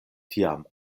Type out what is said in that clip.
tiam